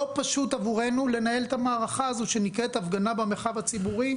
לא פשוט עבורנו לנהל את המערכה הזאת שנקראת הפגנה במרחב הציבורי